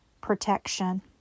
protection